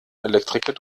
elektriker